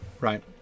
right